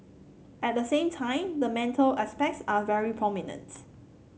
at the same time the mental aspects are very prominent